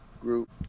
group